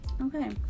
Okay